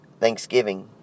thanksgiving